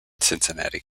cincinnati